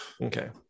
Okay